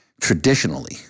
traditionally